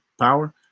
power